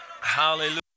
Hallelujah